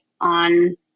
on